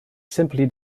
simply